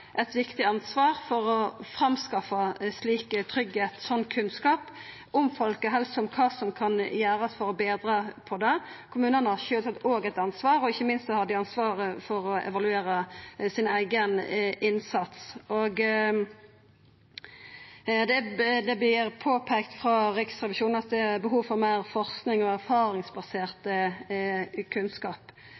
eit viktig ansvar for å framskaffa slik kunnskap om folkehelse og om kva som kan gjerast for å betra den. Kommunane har òg sjølvsagt eit ansvar, ikkje minst har dei ansvar for å evaluera eigen innsats. Det vert påpeikt av Riksrevisjonen at det er behov for meir forskings- og erfaringsbasert kunnskap.